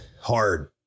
hard